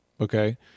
Okay